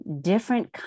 different